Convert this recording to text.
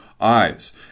eyes